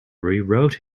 rewrote